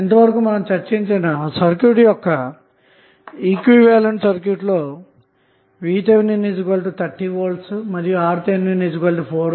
ఇంతవరకు మనం చర్చించిన సర్క్యూట్ యొక్క ఈక్వివలెంట్ సర్క్యూట్ లో VTh 30V మరియు RTh 4 ohm అన్న మాట